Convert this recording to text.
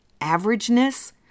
averageness